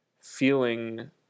feeling